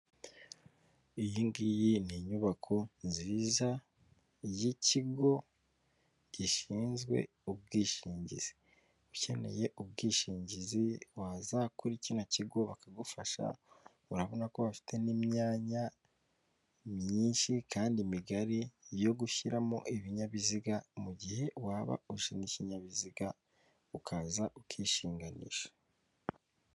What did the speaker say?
Iyi ngiyi ni inyubako nziza y'ikigo gishinzwe ubwishingizi ukeneye ubwishingizi waza kuri kino kigo bakagufasha urabona ko bafite n'imyanya myinshi kandi migari yo gushyiramo ibinyabiziga mu gihe waba uje ikinkinyabiziga ukaza ukishinganisha.